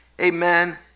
amen